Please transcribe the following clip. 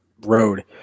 Road